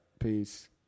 Peace